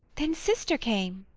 then sister came.